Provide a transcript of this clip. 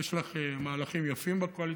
יש לך מהלכים יפים בקואליציה,